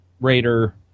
Raider